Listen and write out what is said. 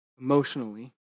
emotionally